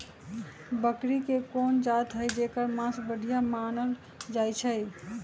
बकरी के कोन जात हई जेकर मास बढ़िया मानल जाई छई?